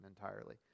entirely